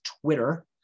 Twitter